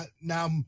now